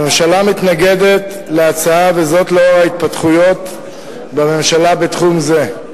הממשלה מתנגדת להצעה וזאת לאור ההתפתחויות בממשלה בתחום זה.